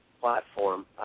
platform